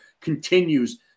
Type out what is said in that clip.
continues